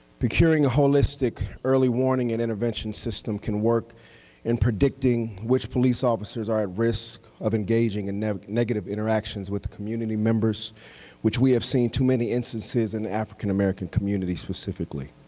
procuring a holistic early warning and intervention system can work in predicting which police officers are at risk of engaging in negative interactions with the community members which we have seen too many instances in the african-american community specifically.